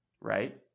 Right